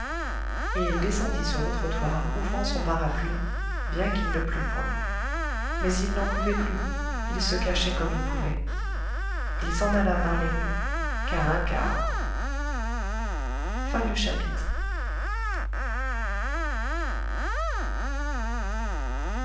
et il descendit sur le trottoir ouvrant son parapluie bien qu'il ne plût point mais il n'en pouvait plus il se cachait comme il pouvait il s'en alla par les rues cahin cana